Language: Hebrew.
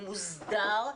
מוסדר,